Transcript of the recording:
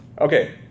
Okay